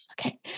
Okay